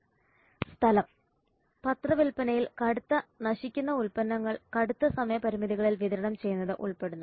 സ്ഥലം പത്ര വിൽപനയിൽ കടുത്ത നശിക്കുന്ന ഉൽപന്നങ്ങൾ കടുത്ത സമയ പരിമിതികളിൽ വിതരണം ചെയ്യുന്നത് ഉൾപ്പെടുന്നു